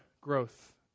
growth